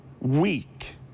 weak